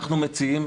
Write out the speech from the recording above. אנחנו מציעים,